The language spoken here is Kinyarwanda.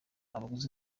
abaguzi